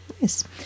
Nice